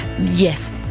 Yes